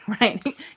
right